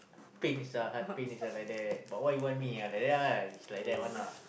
pain sia heart pain sia like that but what you want me ah like that lah it's like that one ah